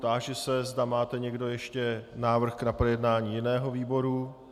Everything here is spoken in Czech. Táži se, zda máte někdo ještě návrh na projednání v jiném výboru.